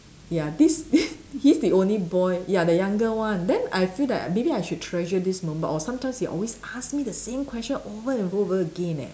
ya this this he's the only boy ya the younger one then I feel that maybe I should treasure this moment or sometimes they always ask me the same question over and over again eh